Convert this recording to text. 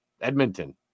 Edmonton